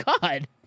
God